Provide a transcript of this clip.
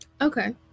Okay